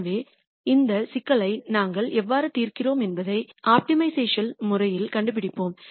எனவே இந்த சிக்கலை நாங்கள் எவ்வாறு தீர்க்கிறோம் என்பதை ஆப்டிமைஸ்டேஷன் முறையில் கண்டுபிடிப்போம்